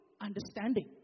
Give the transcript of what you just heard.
understanding